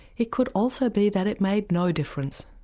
it could also be that it made no difference.